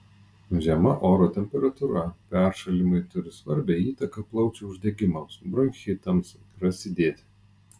žema oro temperatūra peršalimai turi svarbią įtaką plaučių uždegimams bronchitams prasidėti